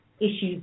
issues